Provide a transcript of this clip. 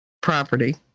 property